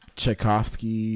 Tchaikovsky